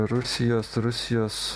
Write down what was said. rusijos rusijos